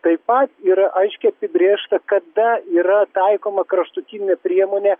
taip pat yra aiškiai apibrėžta kada yra taikoma kraštutinė priemonė